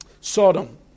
Sodom